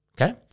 Okay